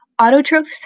Autotrophs